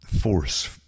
force